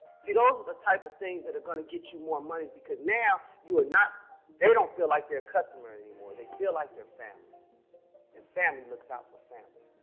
see those are the type of things that are going to get you more money because now you are not, they don't feel like they're a customer anymore. they feel like their family and family looks out for family.